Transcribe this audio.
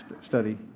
study